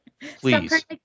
please